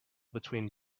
between